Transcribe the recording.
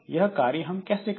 यह कार्य हम कैसे करें